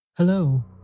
Hello